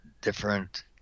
different